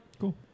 Cool